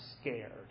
scared